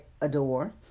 adore